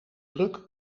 druk